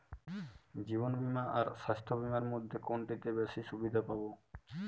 জীবন বীমা আর স্বাস্থ্য বীমার মধ্যে কোনটিতে বেশী সুবিধে পাব?